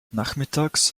nachmittags